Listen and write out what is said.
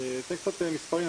אני אתן קצת מספרים,